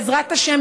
בעזרת השם,